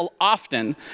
often